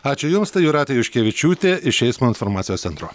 ačiū jums tai jūratė juškevičiūtė iš eismo informacijos centro